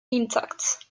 intact